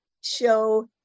show